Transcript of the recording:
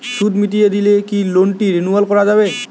সুদ মিটিয়ে দিলে কি লোনটি রেনুয়াল করাযাবে?